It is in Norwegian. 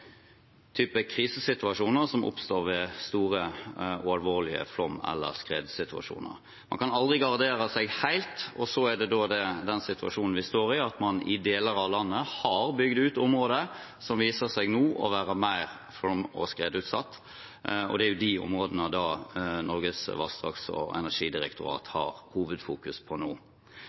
krisesituasjoner som oppstår ved store og alvorlige flom- eller skredsituasjoner. Man kan aldri gardere seg helt, og så er situasjonen vi står i, at man i deler av landet har bygd ut områder som nå viser seg å være mer flom- og skredutsatt, og det er jo de områdene Norges vassdrags- og energidirektorat har hovedfokus på nå. Men kompetansen må bygges opp. Jeg besøkte på fredag NVE, og deres hovedfokus er nå